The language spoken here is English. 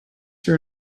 your